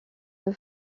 deux